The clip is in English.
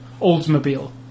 Oldsmobile